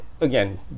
again